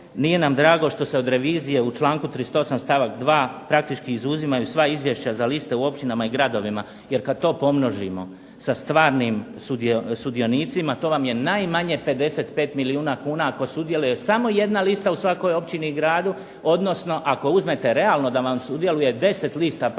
nije nam drago što se od revizije u članku 38. stavak 2. praktički izuzimaju sva izvješća za liste u općinama i gradovima, jer kada to pomnožimo sa stvarnim sudionicima, to vam je najmanje 55 milijuna kuna, ako sudjeluje samo jedna lista u svakoj općini i gradu odnosno ako uzmete realno da vam sudjeluje 10 lista prosječno,